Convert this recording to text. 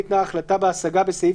החלטה בהשגה 10. -- ההחלטה בהשגה (בסעיף